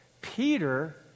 Peter